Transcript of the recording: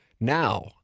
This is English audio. Now